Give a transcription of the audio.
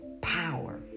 power